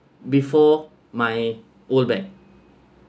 before my old bag